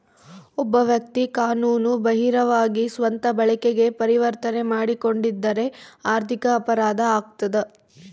ಒಬ್ಬ ವ್ಯಕ್ತಿ ಕಾನೂನು ಬಾಹಿರವಾಗಿ ಸ್ವಂತ ಬಳಕೆಗೆ ಪರಿವರ್ತನೆ ಮಾಡಿಕೊಂಡಿದ್ದರೆ ಆರ್ಥಿಕ ಅಪರಾಧ ಆಗ್ತದ